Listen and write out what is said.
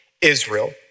Israel